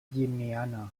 llimiana